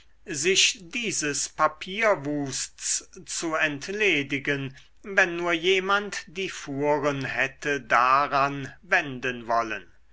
sich dieses papierwusts zu entledigen wenn nur jemand die fuhren hätte daran wenden wollen